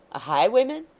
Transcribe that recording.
a highwayman?